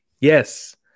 Yes